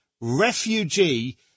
refugee